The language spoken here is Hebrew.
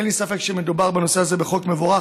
אין לי ספק שמדובר בחוק מבורך.